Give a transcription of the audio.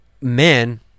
man